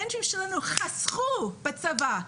המנטורים שלנו חסכו בצבא.